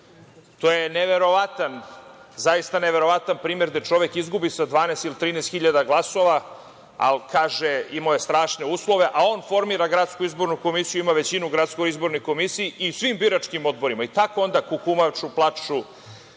To je neverovatan, zaista neverovatan primer gde čovek izgubi sa 12 ili 13 hiljada glasova, ali kaže da je imao strašne uslove, a on formira gradsku izbornu komisiju, ima većinu u gradskoj izbornoj komisiji i u svim biračkim odborima. Tako onda kukumaču,